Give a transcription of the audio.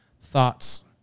thoughts